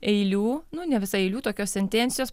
eilių nu ne visai eilių tokios sentencijos